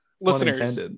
Listeners